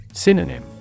Synonym